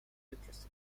literacy